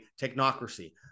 technocracy